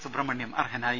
സുബ്രഹ്മണ്യം അർഹനായി